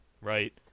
right